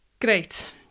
Great